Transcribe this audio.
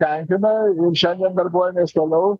tenkina šiandien darbuojamės toliau